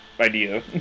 idea